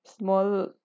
small